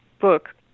book